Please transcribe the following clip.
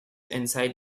inside